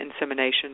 insemination